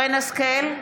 השכל,